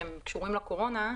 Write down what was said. שהם קשורים לקורונה,